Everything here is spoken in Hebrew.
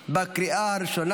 תיקון והארכת הוראת השעה),